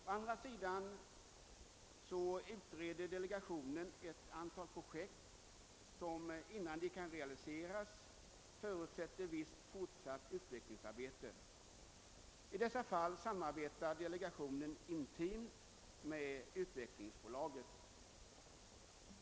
Å andra sidan utreder delegationen ett antal projekt som förutsätter visst fortsatt utvecklingsarbete innan de kan realiseras. I dessa fall samarbetar delegationen intimt med Utvecklingsbolaget.